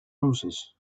roses